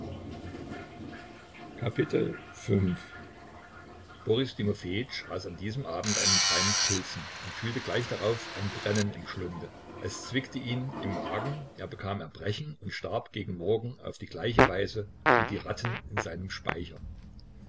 v boris timofejitsch aß an diesem abend einen brei mit pilzen und fühlte gleich darauf ein brennen im schlunde es zwickte ihn im magen er bekam erbrechen und starb gegen morgen auf die gleiche weise wie die ratten in seinem speicher